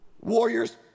Warriors